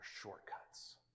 shortcuts